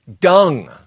dung